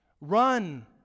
run